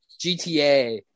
GTA